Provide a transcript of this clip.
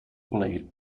played